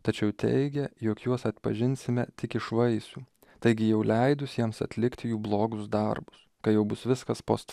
tačiau teigia jog juos atpažinsime tik iš vaisių taigi jau leidus jiems atlikti jų blogus darbus kai jau bus viskas post